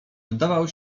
wdawał